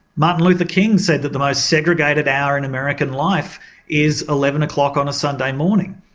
martin luther king said that the most segregated hour in american life is eleven o'clock on a sunday morning.